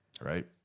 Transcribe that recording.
Right